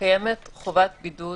קיימת חובת בידוד